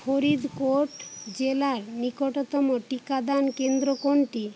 ফরিদকোট জেলার নিকটতম টিকাদান কেন্দ্র কোনটি